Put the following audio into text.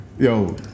Yo